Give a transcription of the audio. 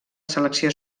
selecció